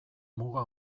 muga